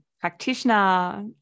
practitioner